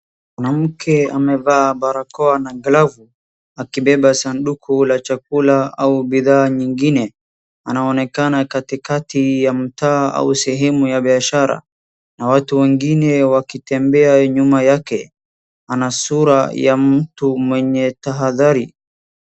Kuna mkee amevaa barakoa na glavu akibeba sanduku la chakula au bidhaa nyingine. Anaonekana katikati ya mtaa au sehemu ya biashara, na watu wengine wakitembea nyuma yake. Ana sura ya mtu mwenye tahadhari.